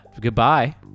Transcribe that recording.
Goodbye